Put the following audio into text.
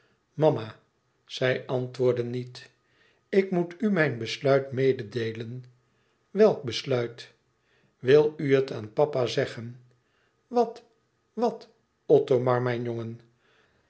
mama zij antwoordde niet ik moet u mijn besluit meêdeelen welk besluit wil u het aan papa zeggen wat wat othomar mijn jongen